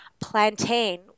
Plantain